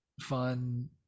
fun